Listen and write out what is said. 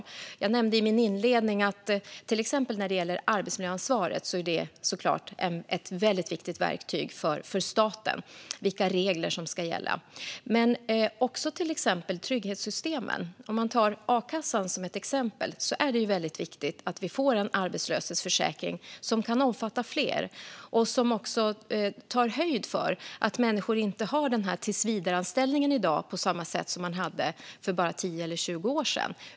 I min inledning nämnde jag att till exempel arbetsmiljöansvaret, vilka regler som ska gälla, såklart är ett viktigt verktyg för staten. Men det gäller också till exempel trygghetssystemen. Vi kan ta a-kassan som exempel. Det är viktigt att vi får en arbetslöshetsförsäkring som kan omfatta fler och som tar höjd för att människor i dag inte har tillsvidareanställningen, som man hade för bara 10 eller 20 år sedan.